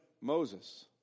Moses